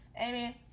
Amen